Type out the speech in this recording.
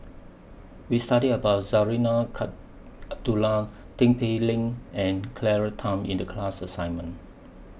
We studied about Zarinah Tin Pei Ling and Claire Tham in The class assignment